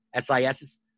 SIS